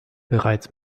bereits